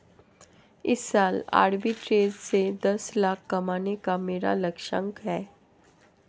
इस साल आरबी ट्रेज़ से दस लाख कमाने का मेरा लक्ष्यांक है